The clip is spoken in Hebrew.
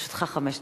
לרשותך חמש דקות.